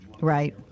Right